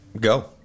Go